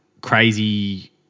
crazy